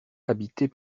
habitée